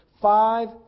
five